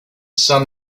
sun